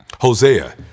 Hosea